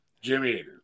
Jimmy